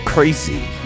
Crazy